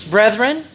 Brethren